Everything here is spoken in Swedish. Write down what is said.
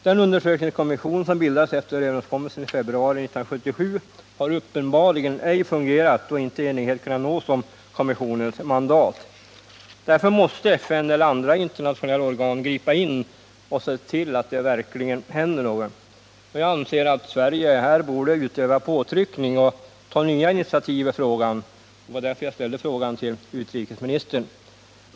Den undersökningskommission som bildades efter överenskommelsen i februari 1977 har uppenbarligen ej fungerat, då enighet inte har kunnat nås om kommissionens mandat. FN och andra internationella organ måste därför gripa in och se till att det verkligen händer någonting. Jag anser att Sverige i denna fråga borde utöva påtryckning och ta nya initiativ. Det var anledningen till att jag ställde min fråga till utrikesministern.